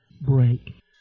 break